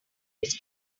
which